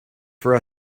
for